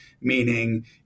Meaning